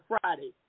Friday